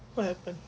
what happen